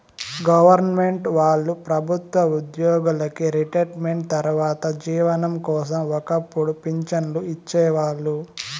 government వాళ్ళు ప్రభుత్వ ఉద్యోగులకి రిటైర్మెంటు తర్వాత జీవనం కోసం ఒక్కపుడు పింఛన్లు ఇచ్చేవాళ్ళు